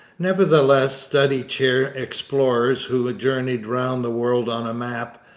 nevertheless study-chair explorers who journeyed round the world on a map,